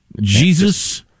Jesus